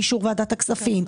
באישור ועדת הכספים,